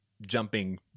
jumping